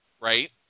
Right